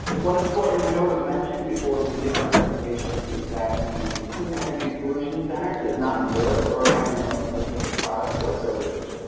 one important note of mention before we begin our presentation is that the clean energy solutions center does not endorse or recommend specific products or services.